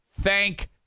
Thank